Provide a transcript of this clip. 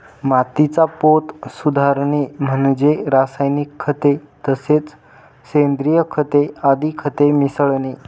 मातीचा पोत सुधारणे म्हणजे त्यात रासायनिक खते तसेच सेंद्रिय खते आदी खते मिसळणे